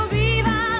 viva